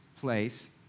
place